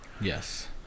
Yes